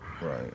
right